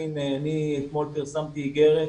אני אתמול פרסמתי איגרת,